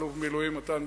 האלוף במילואים מתן וילנאי,